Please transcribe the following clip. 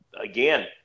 again